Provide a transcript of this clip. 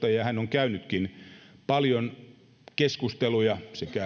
käynytkin paljon keskusteluja sekä valtiotason keskusteluja että parlamentaarisia keskusteluja